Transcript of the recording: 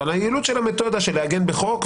אבל היעילות של המתודה של לעגן בחוק,